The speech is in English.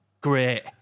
great